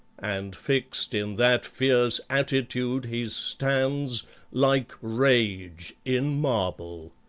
and fixed in that fierce attitude he stands like rage in marble!